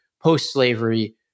post-slavery